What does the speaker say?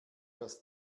das